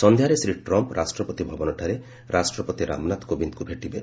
ସନ୍ଧ୍ୟାରେ ଶ୍ରୀ ଟ୍ରମ୍ପ୍ ରାଷ୍ଟ୍ରପତି ଭବନଠାରେ ରାଷ୍ଟ୍ରପତି ରାମନାଥ କୋବିନ୍ଦଙ୍କୁ ଭେଟିବେ